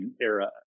era